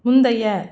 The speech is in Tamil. முந்தைய